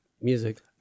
music